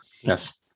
Yes